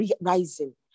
rising